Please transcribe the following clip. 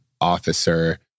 officer